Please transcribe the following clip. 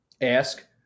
ask